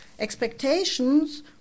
Expectations